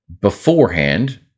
beforehand